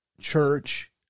church